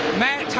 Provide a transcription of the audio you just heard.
matt